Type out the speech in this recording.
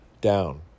Down